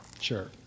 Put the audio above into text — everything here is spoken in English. Sure